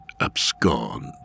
abscond